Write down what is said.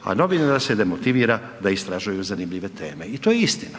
a novinare se demotivira da istražuju zanimljive teme i to je istina.